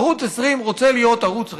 ערוץ 20 רוצה להיות ערוץ רגיל,